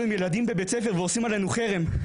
הם ילדים בבית ספר שעושים עלינו חרם.